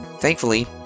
Thankfully